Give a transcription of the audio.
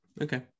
okay